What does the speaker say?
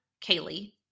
Kaylee